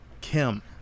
Kim